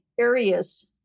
areas